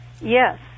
Yes